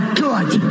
good